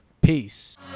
peace